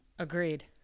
Agreed